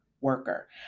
worker